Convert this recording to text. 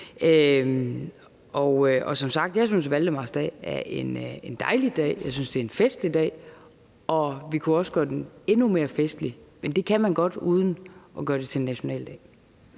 Som sagt synes jeg, at valdemarsdag er en dejlig dag, jeg synes, det er en festlig dag, og vi kunne også gøre den endnu mere festlig. Men det kan man godt uden at gøre det til en nationaldag.